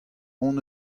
hon